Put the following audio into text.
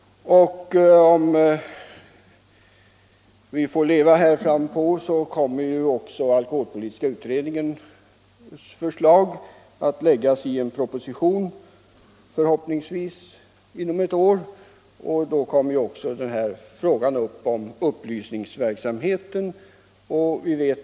Förhoppningsvis får vi också se alkoholpolitiska utredningens förslag läggas till grund för en proposition inom ett år. Därmed kommer också frågan om upplysningsverksamheten upp.